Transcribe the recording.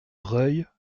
reuil